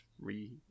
re